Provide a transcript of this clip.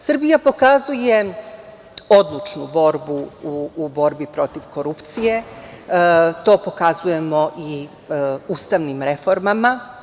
Srbija pokazuje odlučnu borbu u borbi protiv korupcije, to pokazujemo i ustavnim reformama.